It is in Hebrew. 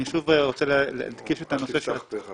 אל תפתח פה.